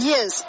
Yes